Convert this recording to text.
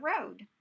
road